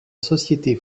société